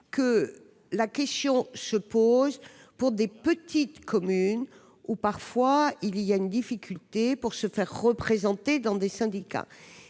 que la question se pose pour des petites communes rencontrant parfois une difficulté pour se faire représenter dans des syndicats.